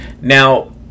Now